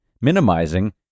minimizing